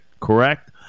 correct